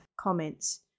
comments